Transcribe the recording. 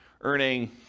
earning